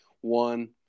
one